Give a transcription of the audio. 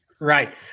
Right